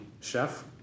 chef